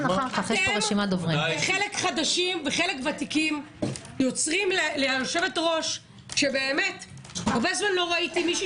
אתם חלק חדשים וחלק ותיקים יוצרים ליושבת-ראש שהרבה זמן לא ראיתי מישהי